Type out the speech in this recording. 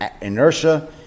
inertia